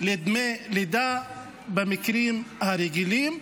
לדמי לידה במקרים הרגילים,